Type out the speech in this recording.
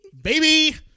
baby